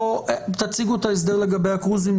תציגו את ההסדר לגבי ה-קרוזים.